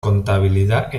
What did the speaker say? contabilidad